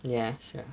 ya sure